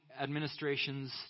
administrations